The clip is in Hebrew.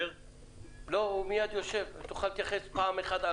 שמעתי כל השבוע חדשות בנושא הזה, ואני אומר